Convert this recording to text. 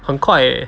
很快 leh